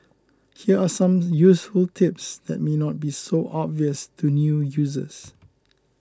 here are some useful tips that may not be so obvious to new users